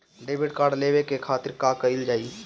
Debit card लेवे के खातिर का कइल जाइ?